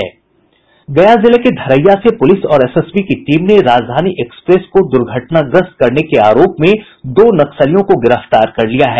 गया जिले के धरैया से पुलिस और एसएसबी की टीम ने राजधानी एक्सप्रेस को दुर्घटनाग्रस्त करने के आरोप में दो नक्सलियों को गिरफ्तार कर लिया है